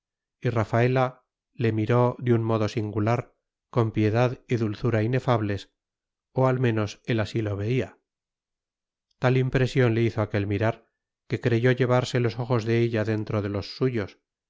rafaela le miró de un modo singular con piedad y dulzura inefables o al menos él así lo veía tal impresión le hizo aquel mirar que creyó llevarse los ojos de ella dentro de los suyos